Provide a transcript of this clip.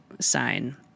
sign